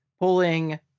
pulling